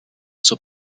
zur